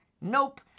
Nope